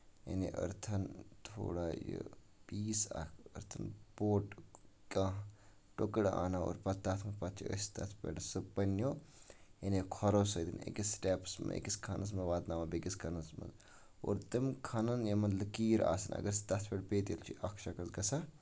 یعنے أرتھن تھوڑا یہِ پیٖس اکھ اتھٔن پوٹ کانہہ تُکڑٕ اَنو أسۍ اور پَتہٕ چھِ أسۍ تَتھ پَتہٕ پَنٕنٮ۪و کھۄرو سۭتۍ أکِس سِٹیپس منٛز أکِس کھانس منٛزواتناوان بیٚیہِ کِس کھانس منٛز اور تٔمۍ کھانن یِمن منٛز لٔکیٖر آسان اَگر سُہ تَتھ منٛز پیٚیہِ تٚیلہِ چھُ اکھ شخٕص گژھان